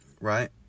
Right